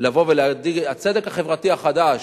לבוא ולהגיד: הצדק החברתי החדש,